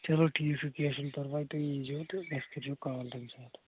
چلو ٹھیٖک چھُ کیٚنٛہہ چھُنہٕ پَرواے تُہۍ یی زیٚو تہٕ اَسہِ کٔرۍ زیٚو کال تَمہِ ساتہٕ